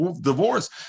divorce